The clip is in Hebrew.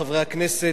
חברי חברי הכנסת,